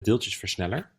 deeltjesversneller